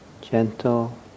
Gentle